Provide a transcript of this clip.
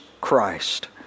Christ